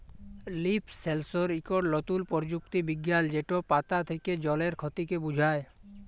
leaf সেলসর ইকট লতুল পরযুক্তি বিজ্ঞাল যেট পাতা থ্যাকে জলের খতিকে বুঝায়